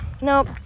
Nope